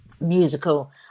musical